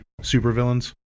supervillains